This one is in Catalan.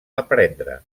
aprendre